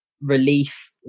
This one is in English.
relief